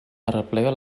arreplega